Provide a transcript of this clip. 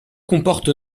comporte